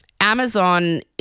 Amazon